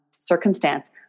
circumstance